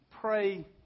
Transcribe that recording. pray